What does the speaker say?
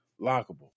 Lockable